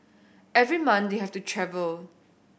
every month they have to travel